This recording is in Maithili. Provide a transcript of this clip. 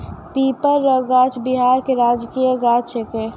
पीपर रो गाछ बिहार के राजकीय गाछ छिकै